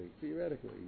theoretically